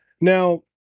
Now